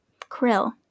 krill